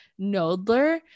Nodler